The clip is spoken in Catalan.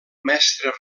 mestre